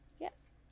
Yes